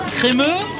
Crémeux